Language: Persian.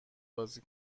بازی